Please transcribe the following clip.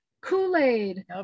kool-aid